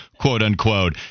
quote-unquote